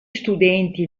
studenti